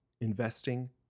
investing